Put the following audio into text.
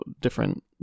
different